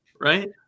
right